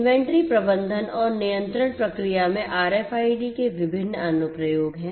inventory प्रबंधन और नियंत्रण प्रक्रिया में आरएफआईडी के विभिन्न अनुप्रयोग हैं